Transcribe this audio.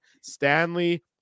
stanley